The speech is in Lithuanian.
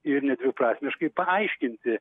ir nedviprasmiškai paaiškinti